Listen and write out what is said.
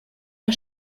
der